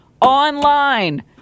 online